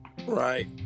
Right